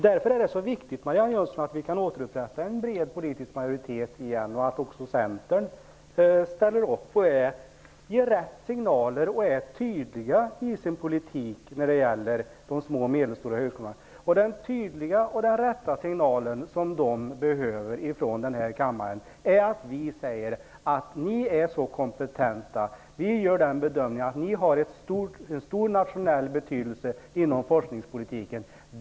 Därför är det så viktigt, Marianne Jönsson, att vi kan återupprätta en bred politisk majoritet och att också Centern ställer upp, ger rätt signaler och är tydliga i sin politik när det gäller de små och medelstora högskolorna. Den tydliga och rätta signal från denna kammare som högskolorna behöver är att vi säger följande: Ni är så kompenta. Vi gör den bedömningen att ni har en stor nationell betydelse inom forskningspolitiken.